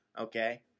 okay